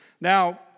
Now